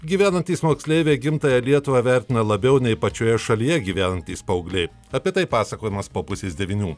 gyvenantys moksleiviai gimtąją lietuvą vertina labiau nei pačioje šalyje gyvenantys paaugliai apie tai pasakojimas po pusės devynių